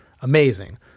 amazing